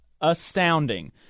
astounding